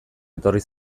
etorri